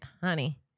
honey